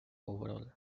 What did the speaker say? overall